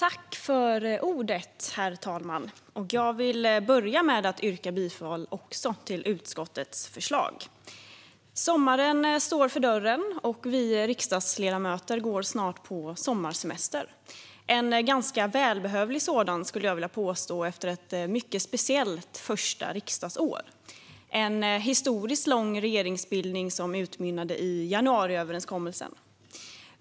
Herr talman! Jag vill börja med att yrka bifall till utskottets förslag. Sommaren står för dörren, och vi riksdagsledamöter går snart på sommarsemester - en ganska välbehövlig sådan, skulle jag vilja påstå, efter ett mycket speciellt första riksdagsår. En historiskt lång regeringsbildning utmynnade i januariöverenskommelsen.